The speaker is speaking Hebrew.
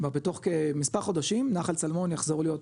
כלומר בתוך כמספר חודשים נחל צלמון יחזור להיות,